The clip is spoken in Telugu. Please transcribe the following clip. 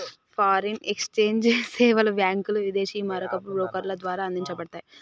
ఫారిన్ ఎక్స్ఛేంజ్ సేవలు బ్యాంకులు, విదేశీ మారకపు బ్రోకర్ల ద్వారా అందించబడతయ్